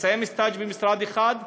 מסיים סטאז' במשרד אחד,